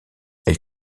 elle